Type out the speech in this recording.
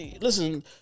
listen